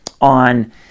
on